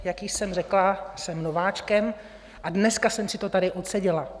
Jak již jsem řekla, jsem nováčkem a dneska jsem si to tady odseděla.